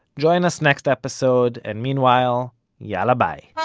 join us next episode, and meanwhile yalla bye